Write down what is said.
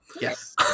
Yes